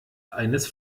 eines